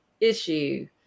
issue